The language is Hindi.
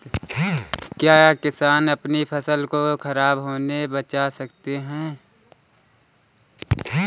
क्या किसान अपनी फसल को खराब होने बचा सकते हैं कैसे?